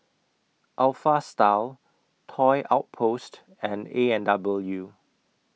Alpha Style Toy Outpost and A and W